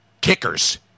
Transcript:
kickers